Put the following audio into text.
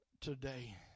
today